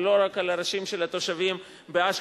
ולא רק על הראשים של התושבים באשקלון,